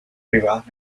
privadas